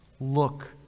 look